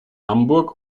hamburg